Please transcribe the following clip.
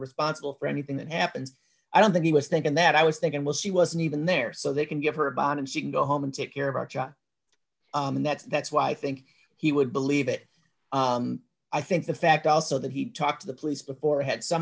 responsible for anything that happens i don't think he was thinking that i was thinking well she wasn't even there so they can get her bond and she can go home and take care of our job and that's that's why i think he would believe it i think the fact also that he talked to the police before had some